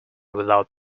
without